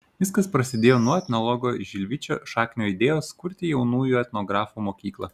viskas prasidėjo nuo etnologo žilvičio šaknio idėjos kurti jaunųjų etnografų mokyklą